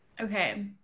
Okay